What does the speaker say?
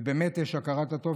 ובאמת יש הכרת הטוב,